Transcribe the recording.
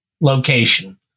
location